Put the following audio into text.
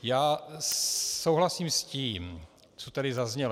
Já souhlasím s tím, co tady zaznělo.